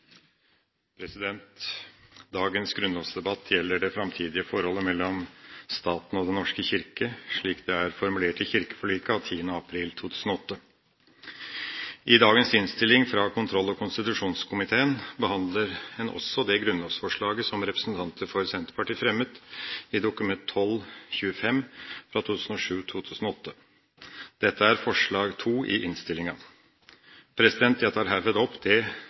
på. Dagens grunnlovsdebatt gjelder det framtidige forholdet mellom staten og Den norske kirke, slik det er formulert i kirkeforliket av 10. april 2008. I dagens innstilling fra kontroll- og konstitusjonskomiteen behandler en også det grunnlovsforslaget som representanter for Senterpartiet fremmet i Dokument nr. 12:25. Dette er forslag nr. 2 i innstillinga. Jeg tar herved opp det